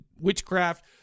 witchcraft